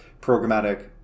programmatic